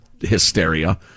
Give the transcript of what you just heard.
hysteria